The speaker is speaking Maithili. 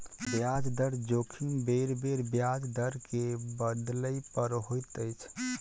ब्याज दर जोखिम बेरबेर ब्याज दर के बदलै पर होइत अछि